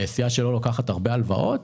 סיעה שלא לוקחת הרבה הלוואות